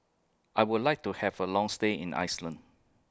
I Would like to Have A Long stay in Iceland